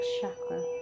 chakra